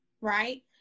right